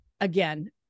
again